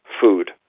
food